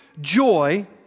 joy